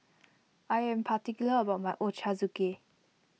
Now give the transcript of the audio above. I am particular about my Ochazuke